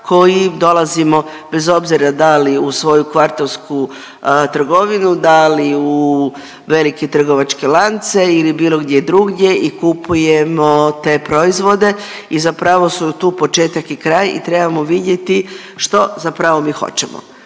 koji dolazimo bez obzira da li u svoju kvartovsku trgovinu, da li u velike trgovačke lance ili bilo gdje drugdje i kupujemo te proizvode i zapravo su tu početak i kraj i trebamo vidjeti što zapravo mi hoćemo.